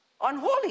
unholy